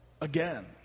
again